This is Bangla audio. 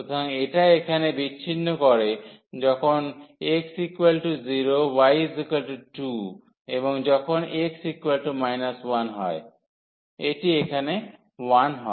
সুতরাং এটা এখানে বিছিন্ন করে যখন x0 y2 এবং যখন x 1 হয় এটি এখানে 1 হয়